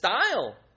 style